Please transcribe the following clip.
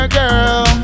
girl